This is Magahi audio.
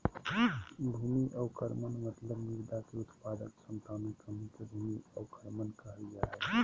भूमि अवक्रमण मतलब मृदा के उत्पादक क्षमता मे कमी के भूमि अवक्रमण कहल जा हई